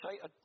say